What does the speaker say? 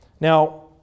Now